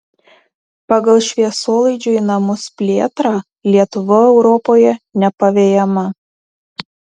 pagal šviesolaidžio į namus plėtrą lietuva europoje nepavejama